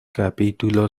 capítulo